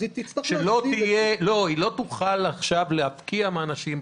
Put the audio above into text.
היא לא תוכל להפקיע מאנשים.